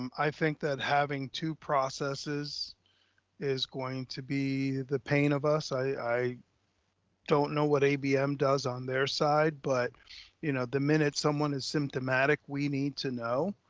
um i think that having two processes is going to be the pain of us. i don't know what abm does on their side, but you know, the minute someone is symptomatic, we need to know.